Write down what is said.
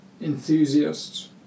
enthusiasts